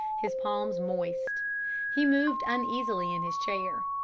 his palms moist he moved uneasily in his chair.